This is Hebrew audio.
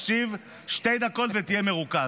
תקשיב שתי דקות ותהיה מרוכז,